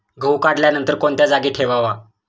गहू काढल्यानंतर कोणत्या जागी ठेवावा?